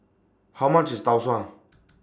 How much IS Tau Suan